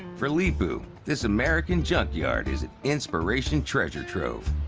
for leepu, this american junkyard is an inspiration treasure trove.